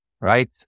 right